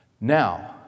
Now